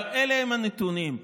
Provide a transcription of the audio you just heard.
אבל אלה הם הנתונים.